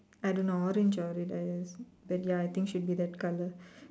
I don't know orange or red ah ya that ya I think should be that colour